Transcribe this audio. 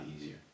easier